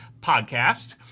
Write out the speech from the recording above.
podcast